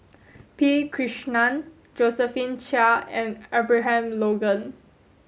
P Krishnan Josephine Chia and Abraham Logan